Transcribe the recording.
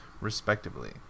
respectively